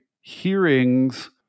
hearings